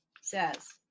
says